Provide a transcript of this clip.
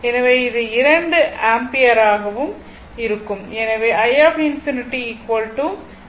எனவே இது 2 ஆம்பியராக இருக்கும்